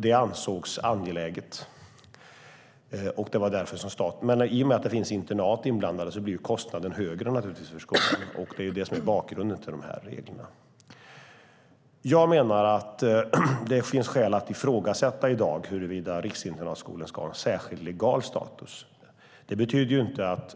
Detta ansågs angeläget, men i och med att det finns internat blir ju kostnaden för skolan högre. Det är det som är bakgrunden till reglerna. Jag menar att det finns skäl att ifrågasätta huruvida riksinternatskolor ska ha särskild legal status.